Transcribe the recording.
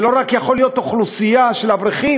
זה לא רק יכול להיות אוכלוסייה של אברכים.